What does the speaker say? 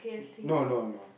no no no